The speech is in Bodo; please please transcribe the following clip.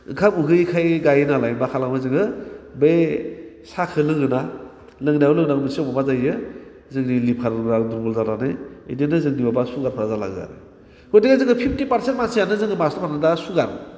ओंखाम उखै गायो नालाय मा खालामो जोङो बे साहाखौ लोङोना लोंनायावनो लांनायावनो उदै सिङाव मा जाहैयो जोंनि लिभारा दुरबल जानानै बिदिनो जोंनि माबा सुगारफ्रा जालाङो आरो गथिखे जोङो फिफटि पार्सेन्ट मानसियानो जोङो मास्टारफोरानो दा सुगार